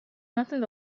nothing